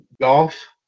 golf